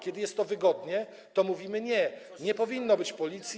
Kiedy jest to wygodne, to mówimy: nie, nie powinno być policji.